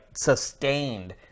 sustained